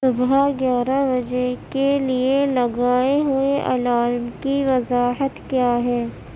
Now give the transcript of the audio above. صبح گیارہ بجے کے لیے لگائے ہوئے الارم کی وضاحت کیا ہے